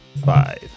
Five